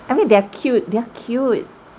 I mean they are cute they are cute